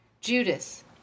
Judas